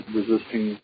resisting